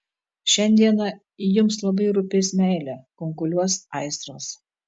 šiandieną jums labai rūpės meilė kunkuliuos aistros